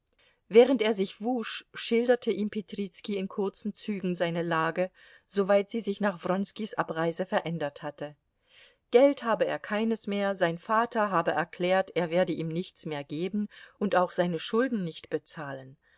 während er sich wusch schilderte ihm petrizki in kurzen zügen seine lage soweit sie sich nach wronskis abreise verändert hatte geld habe er keines mehr sein vater habe erklärt er werde ihm nichts mehr geben und auch seine schulden nicht bezahlen